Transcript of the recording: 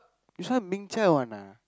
this one Ming Qiao one ah